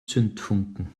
zündfunken